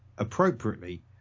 Appropriately